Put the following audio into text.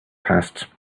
passed